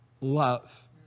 love